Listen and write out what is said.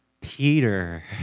Peter